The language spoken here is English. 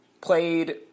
played